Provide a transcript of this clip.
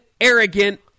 Arrogant